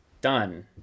done